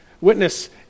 Witness